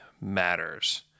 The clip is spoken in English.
matters